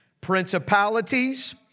principalities